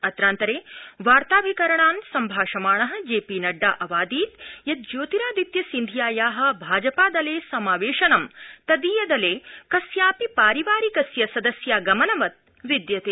अत्रान्तरे वार्ताभिकरणान् सम्भाषमाण जे पी नड्डा अवादीत् यत् ज्योतिरादित्य सिन्धियाया भाजपादले समावेशनं तदीय दले कस्यापि पारिवारिकस्य सदस्यागमनवत् विद्यते